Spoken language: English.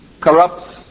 Corrupts